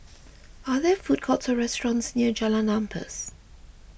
are there food courts or restaurants near Jalan Ampas